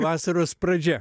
vasaros pradžia